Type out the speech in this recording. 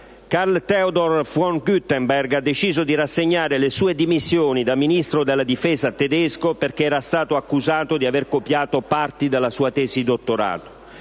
Karl-Theodor zu Guttenberg ha deciso di rassegnare le proprie dimissioni da Ministro della difesa tedesco, perché era stato accusato di aver copiato parti della sua tesi di dottorato;